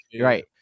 Right